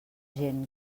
gent